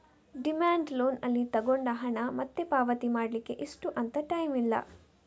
demand loan ಅಲ್ಲಿ ತಗೊಂಡ ಹಣ ಮತ್ತೆ ಪಾವತಿ ಮಾಡ್ಲಿಕ್ಕೆ ಇಷ್ಟು ಅಂತ ಟೈಮ್ ಇಲ್ಲ